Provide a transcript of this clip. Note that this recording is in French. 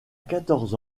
quatorze